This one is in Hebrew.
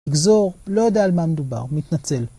לגזור לא יודע על מה מדובר, מתנצל.